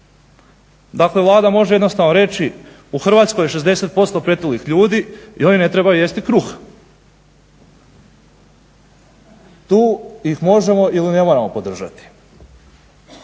Dakle, Vlada može jednostavno reći u Hrvatskoj je 60% pretilih ljudi i oni ne trebaju jesti kruh. Tu ih možemo ili ne moramo podržati.